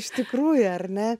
iš tikrųjų ar ne